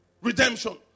Redemption